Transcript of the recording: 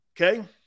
okay